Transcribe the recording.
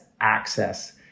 access